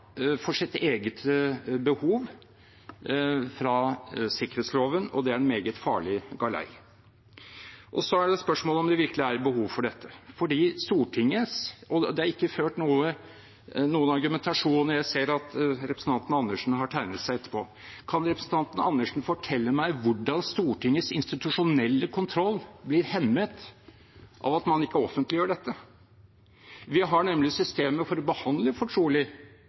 for sitt eget behov, og det er en meget farlig galei. Så er det spørsmål om det virkelig er behov for dette. Det er ikke ført noen argumentasjon for det. Jeg ser at representanten Andersen har tegnet seg etterpå, og kan representanten Andersen fortelle meg hvordan Stortingets institusjonelle kontroll blir hemmet av at man ikke offentliggjør dette? Vi har nemlig systemer for å behandle fortrolig